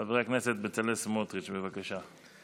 חבר הכנסת בצלאל סמוטריץ', בבקשה.